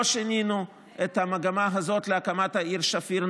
לא שינינו את המגמה הזאת להקמת העיר שפיר.